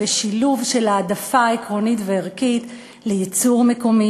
בשילוב של העדפה עקרונית וערכית של הייצור המקומי